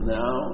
now